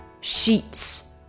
sheets